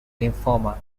lymphoma